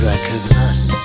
Recognize